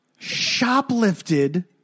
shoplifted